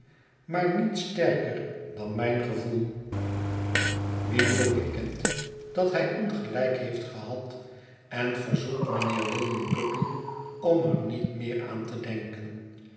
maar niet sterker dan mijn gevoel weevle bekent dat hij ongelijk heeft gehad en verzoekt mijnheer william guppy om er niet meer aan te denken